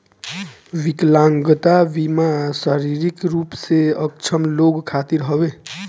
विकलांगता बीमा शारीरिक रूप से अक्षम लोग खातिर हवे